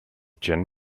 gin